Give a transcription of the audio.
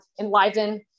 enliven